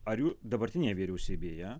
ar jų dabartinėje vyriausybėje